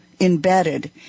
embedded